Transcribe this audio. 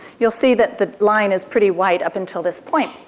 you'll see that the line is pretty white up until this point,